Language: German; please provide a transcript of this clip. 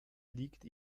liegt